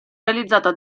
realizzata